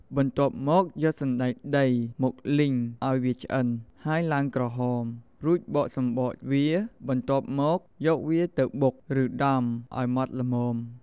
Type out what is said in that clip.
បន្ទាប់មក យកសណ្ដែកដី មកលីងអោយវាឆ្អិន ហើយឡើងក្រហម រួចបកសម្បកវា បន្ទាប់មកយកវាទៅបុក ឬដំអោយម៉ត់ល្មម។